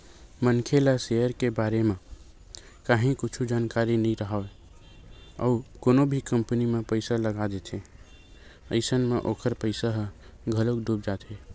मनखे ला सेयर के बारे म काहि कुछु जानकारी नइ राहय अउ कोनो भी कंपनी म पइसा लगा देथे अइसन म ओखर पइसा ह घलोक डूब जाथे